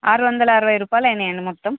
ఆరు వందల అరవై రూపాయలు అయ్యియాయండీ మొత్తం